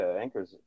Anchor's